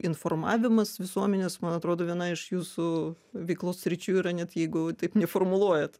informavimas visuomenės man atrodo viena iš jūsų veiklos sričių yra net jeigu taip neformuluojat